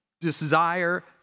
desire